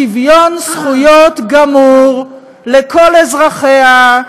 שוויון זכויות גמור לכל אזרחיה,